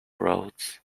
rhodes